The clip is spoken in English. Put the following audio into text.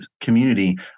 community